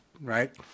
right